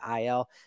il